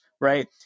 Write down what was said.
right